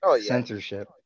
censorship